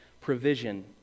provision